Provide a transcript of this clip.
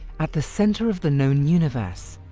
at the centre of the known universe,